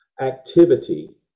activity